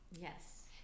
Yes